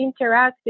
interactive